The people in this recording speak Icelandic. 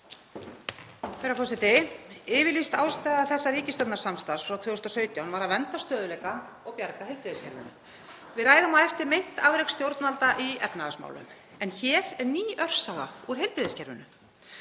Herra forseti. Yfirlýst ástæða þessa ríkisstjórnarsamstarfs frá 2017 var að vernda stöðugleika og bjarga heilbrigðiskerfinu. Við ræðum á eftir meint afrek stjórnvalda í efnahagsmálum en hér er ný örsaga úr heilbrigðiskerfinu: